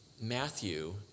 Matthew